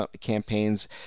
campaigns